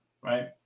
Right